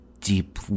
deep